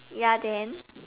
ya then